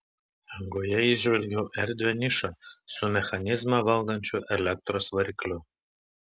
angoje įžvelgiau erdvią nišą su mechanizmą valdančiu elektros varikliu